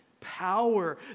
power